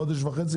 חודש וחצי,